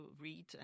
read